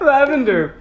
Lavender